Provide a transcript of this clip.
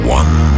one